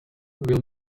will